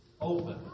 open